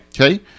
Okay